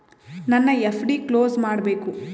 ನನ್ನ FD close ಮಾಡಬೇಕು